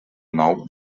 nou